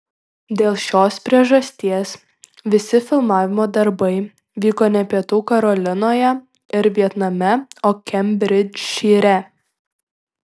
dėl šios priežasties visi filmavimo darbai vyko ne pietų karolinoje ir vietname o kembridžšyre